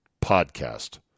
podcast